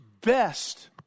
best